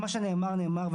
מה שנאמר נאמר,